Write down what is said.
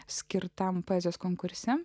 skirtame poezijos konkurse